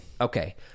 Okay